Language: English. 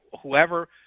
whoever